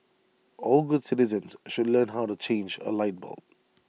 all good citizens should learn how to change A light bulb